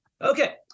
okay